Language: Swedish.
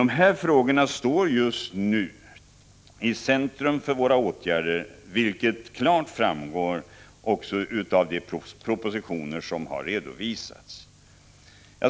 Men dessa frågor står just nu i centrum för våra åtgärder, vilket klart framgår också av de propositioner som har redovisats.